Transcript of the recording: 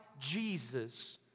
Jesus